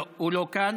לא, הוא לא כאן.